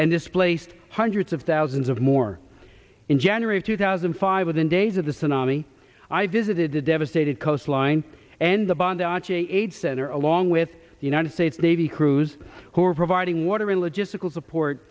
and displaced hundreds of thousands of more in january of two thousand and five within days of the tsunami i visited the devastated coastline and the bond achi aid center along with the united states navy crews who are providing water and logistical support